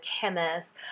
chemists